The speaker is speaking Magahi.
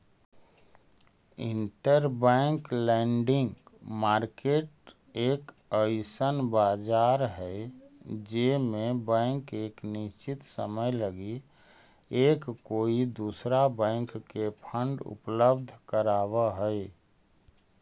इंटरबैंक लैंडिंग मार्केट एक अइसन बाजार हई जे में बैंक एक निश्चित समय लगी एक कोई दूसरा बैंक के फंड उपलब्ध कराव हई